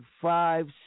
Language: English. five